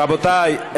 רגע, רבותי.